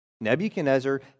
Nebuchadnezzar